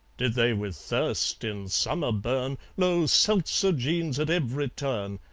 did they with thirst in summer burn, lo, seltzogenes at every turn,